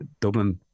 Dublin